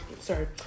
sorry